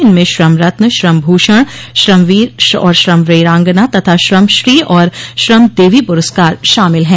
इनमें श्रम रत्न श्रम भूषण श्रम वीर और श्रम वीरांगना तथा श्रमश्री और श्रम देवी पुरस्कार शामिल हैं